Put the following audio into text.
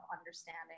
understanding